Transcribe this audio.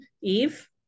Eve